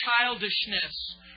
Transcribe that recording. childishness